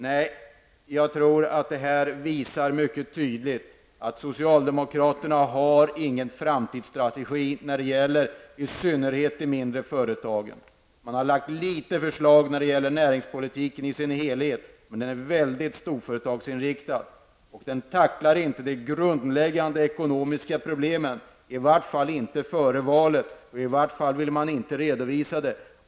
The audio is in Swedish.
Nej, det här visar mycket tydligt att socialdemokraterna inte har någon framtidsstrategi, i synnerhet inte när det gäller de mindre företagen. Man har lagt fram några få förslag som gäller näringspolitiken i dess helhet, men de är väldigt storföretagsinriktade. Socialdemokraterna tacklar inte de grundläggande ekonomiska problemen, i varje fall inte före valet. I så fall vill man inte redovisa det.